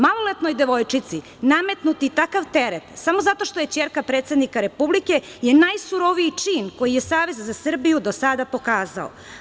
Maloletnoj devojčici nametnuti takav teret samo zato što je ćerka predsednika Republike je najsuroviji čin koji je Savez za Srbiju do sada pokazao.